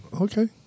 Okay